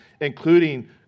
including